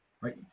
right